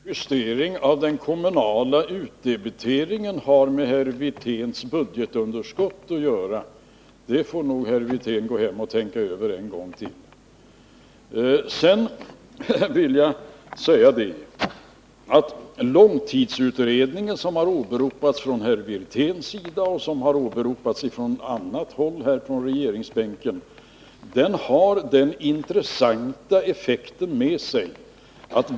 Herr talman! Vad en justering av den kommunala utdebiteringen har med herr Wirténs budgetunderskott att göra får nog herr Wirtén gå hem och tänka över en gång till. Sedan vill jag säga att långtidsutredningen, som har åberopats av herr Wirtén och även från annat håll på regeringsbänken, har den intressanta egenskapen att den blir korrigerad av verkligheten.